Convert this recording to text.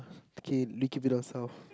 K keep it to ourselves